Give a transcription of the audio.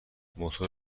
موتور